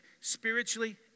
spiritually